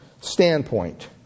standpoint